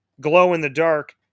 glow-in-the-dark